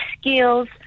skills